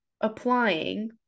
applying